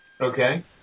Okay